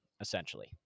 essentially